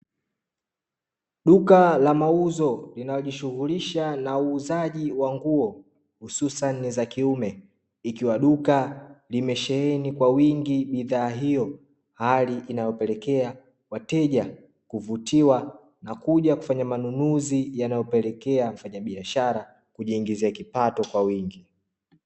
Duka la mauzo linajishughulisha na uuzaji wa nguo hususani za kiume, ikiwa duka limesheheni kwa wingi bidhaa hiyo hali inayopelekea wateja kuvutiwa na kuja kufanya manunuzi, yanayopelekea mfanyabiashara kujiingizia kipato kwa wingi.